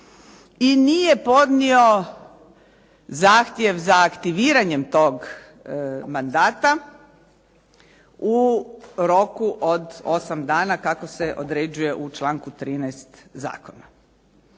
i nije podnio zahtjev za aktiviranjem tog mandata u roku od 8 dana kako se određuje u članku 13. zakona.